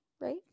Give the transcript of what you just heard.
right